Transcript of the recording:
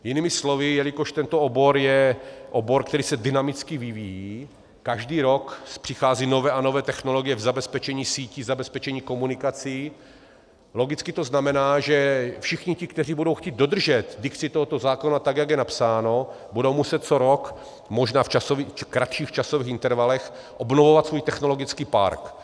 Jinými slovy, jelikož tento obor je obor, který se dynamicky vyvíjí, každý rok přicházejí nové a nové technologie v zabezpečení sítí, zabezpečení komunikací, logicky to znamená, že všichni ti, kteří budou chtít dodržet dikci tohoto zákona, tak jak je napsáno, budou muset co rok, možná v kratších časových intervalech, obnovovat svůj technologický park.